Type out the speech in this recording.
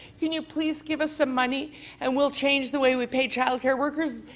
can you please give us some money and we'll change the way we pay child care workers.